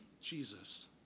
Jesus